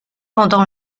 pendant